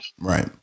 right